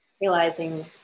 realizing